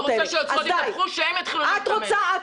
אני רוצה שהיוצרות יתהפכו ושהם יתחילו להתאמץ.